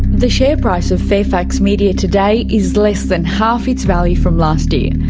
the share price of fairfax media today is less than half its value from last year,